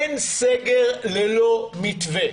אין סגר ללא מתווה.